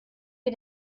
wir